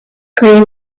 green